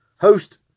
host